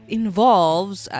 involves